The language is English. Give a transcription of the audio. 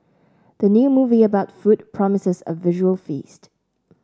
the new movie about food promises a visual feast